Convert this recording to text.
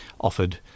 offered